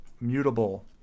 mutable